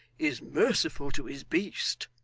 is merciful to his beast.